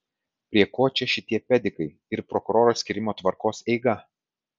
prie ko čia šitie pedikai ir prokuroro skyrimo tvarkos eiga